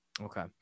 Okay